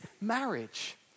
marriage